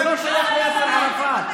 זה לא שייך ליאסר ערפאת.